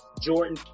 Jordan